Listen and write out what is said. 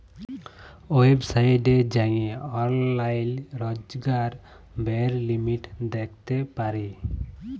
ওয়েবসাইটে যাঁয়ে অললাইল রজকার ব্যয়ের লিমিট দ্যাখতে পারি